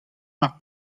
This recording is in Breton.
mar